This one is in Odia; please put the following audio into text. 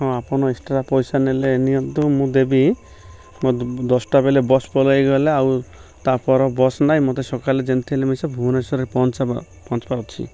ହଁ ଆପଣ ଏକ୍ସଟ୍ରା ପଇସା ନେଲେ ନିଅନ୍ତୁ ମୁଁ ଦେବି ଦଶଟା ବେଲେ ବସ୍ ପଳାଇଗଲେ ଆଉ ତା ପର ବସ୍ ନାଇଁ ମୋତେ ସକାଳେ ଯେମିତି ହେଲେ ମୁଁ ସେ ଭୁବନେଶ୍ୱରରେ ପହଞ୍ଚିବ ପହଞ୍ଚିପାରୁଛି